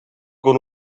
con